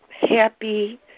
happy